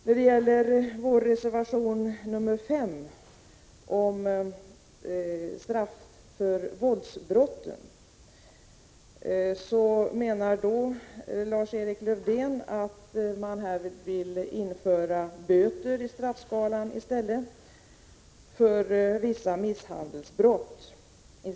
Beträffande vår reservation 5 om straff för våldsbrott säger Lars-Erik Lövdén att socialdemokraterna vill införa böter i stället för fängelse i straffskalan för vissa misshandelsbrott.